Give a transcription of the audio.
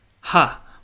Ha